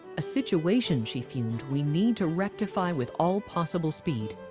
a situation she fumed, we need to rectify with all possible speed.